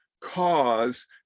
cause